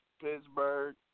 Pittsburgh